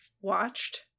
watched